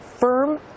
firm